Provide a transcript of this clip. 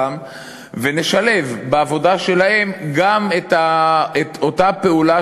ונשלב בעבודה שלהם גם את אותה פעולה